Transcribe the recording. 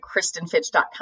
kristenfitch.com